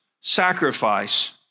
sacrifice